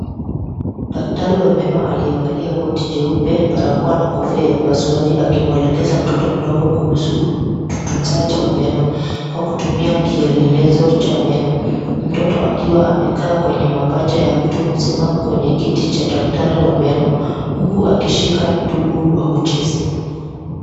Daktari wa meno aliyevalia koti jeupe, barakoa na kofia ya upasuaji akimwelekeza mtoto mdogo kuhusu utunzaji wa meno kwa kutumia kielelezo cha meno, mtoto wakiwa amekaa kwenye mapaja ya mtu mzima kwenye kiti cha daktari wa meno huku akishika ndugu akichezea.